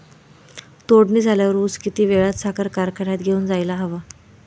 तोडणी झाल्यावर ऊस किती वेळात साखर कारखान्यात घेऊन जायला हवा?